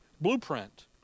blueprint